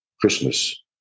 Christmas